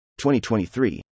2023